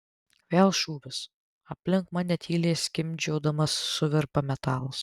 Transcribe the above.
vėl šūvis aplink mane tyliai skimbčiodamas suvirpa metalas